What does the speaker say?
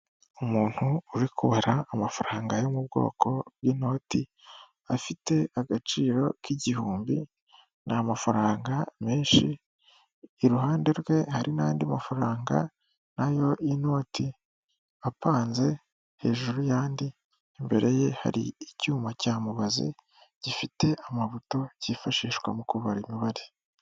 Umuntu uri kubara amafaranga yo mu bwoko bw'inoti, afite agaciro k'igihumbi, ni amafaranga menshi, iruhande rwe hari n'andi mafaranga na yo y'inoti apanze hejuru y'andi, imbere ye hari icyuma cya mubazi gifite amabuto cyifashishwa mu kubara imibabare.